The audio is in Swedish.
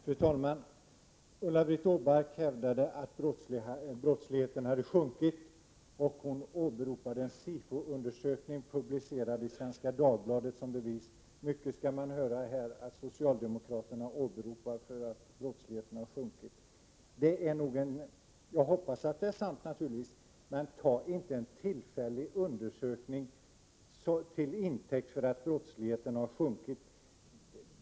Fru talman! Ulla-Britt Åbark hävdade att brottsligheten hade minskat, och hon åberopade som bevis en SIFO-undersökning publicerad i Svenska Dagbladet. Mycket skall man få höra, t.o.m. att socialdemokraterna åberopar Svenska Dagbladet för att ge belägg för att brottsligheten har minskat! Naturligtvis hoppas jag att detta är sant, men ta inte en tillfällig undersökning till intäkt för att brottsligheten har minskat!